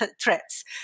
threats